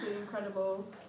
incredible